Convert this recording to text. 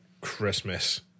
Christmas